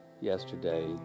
yesterday